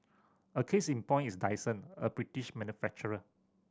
a case in point is Dyson a British manufacturer